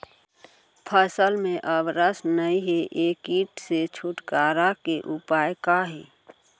फसल में अब रस नही हे ये किट से छुटकारा के उपाय का हे?